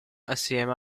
assieme